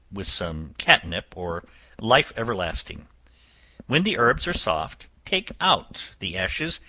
with some catnip or life-everlasting when the herbs are soft, take out the ashes,